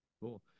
Cool